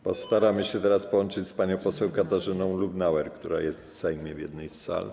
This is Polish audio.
Postaramy się teraz połączyć z panią poseł Katarzyną Lubnauer, która jest w Sejmie w jednej z sal.